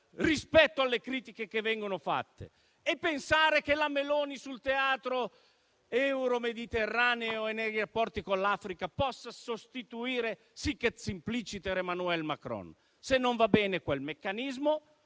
rispetto alle critiche che vengono fatte e pensare che la Meloni, sul teatro euromediterraneo e nei rapporti con l'Africa, possa sostituire, *sic et simpliciter*, Emmanuel Macron. Se quel meccanismo